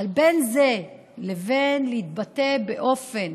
אבל בין זה לבין להתבטא באופן